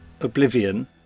Oblivion